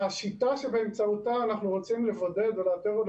השיטה שבאמצעותה אנחנו רוצים לבודד ולאתר היא